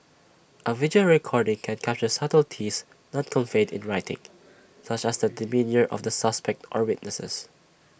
A video recording can capture subtleties not conveyed in writing such as the demeanour of the suspect or witnesses